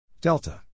Delta